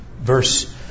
Verse